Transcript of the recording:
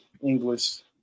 English